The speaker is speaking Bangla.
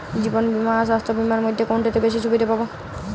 জীবন বীমা আর স্বাস্থ্য বীমার মধ্যে কোনটিতে বেশী সুবিধে পাব?